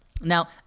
Now